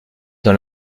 dans